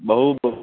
बहु भोः